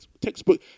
textbook